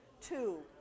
Two